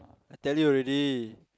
I tell you already